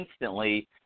instantly